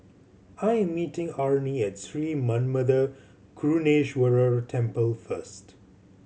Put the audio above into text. I am meeting Arnie at Sri Manmatha Karuneshvarar Temple first